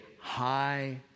high